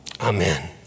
Amen